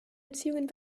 beziehungen